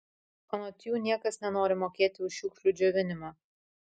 anot jų niekas nenori mokėti už šiukšlių džiovinimą